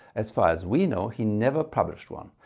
as far as we know he never published one.